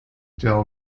del